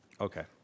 Okay